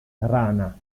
rana